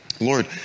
Lord